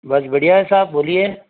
बस बढ़िया है साहब बोलिए